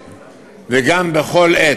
כל עולה, בכל עת,